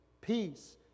Peace